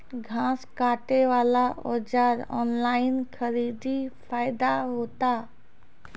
घास काटे बला औजार ऑनलाइन खरीदी फायदा होता?